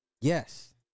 Yes